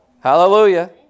Hallelujah